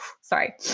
sorry